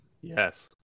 yes